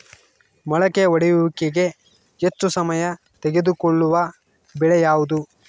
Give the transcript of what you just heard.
ಮೊಳಕೆ ಒಡೆಯುವಿಕೆಗೆ ಹೆಚ್ಚು ಸಮಯ ತೆಗೆದುಕೊಳ್ಳುವ ಬೆಳೆ ಯಾವುದು?